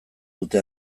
dute